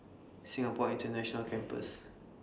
Singapore International Campus